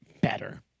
better